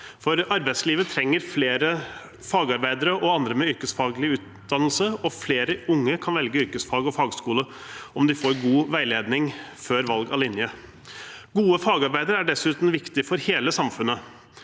for arbeidslivet trenger flere fagarbeidere og andre med yrkesfaglig utdannelse, og flere unge kan velge yrkesfag og fagskole om de får god veiledning før valg av linje. Gode fagarbeidere er dessuten viktige for hele samfunnet.